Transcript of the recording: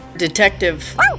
Detective